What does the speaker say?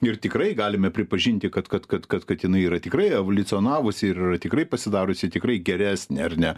ir tikrai galime pripažinti kad kad kad kad kad jinai yra tikrai evoliucionavusi ir tikrai pasidariusi tikrai geresnė ar ne